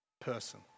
person